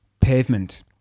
pavement